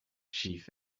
chief